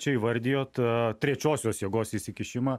čia įvardijot trečiosios jėgos įsikišimą